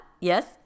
Yes